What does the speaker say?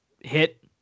hit